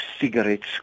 cigarettes